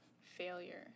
failure